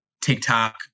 TikTok